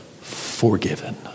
forgiven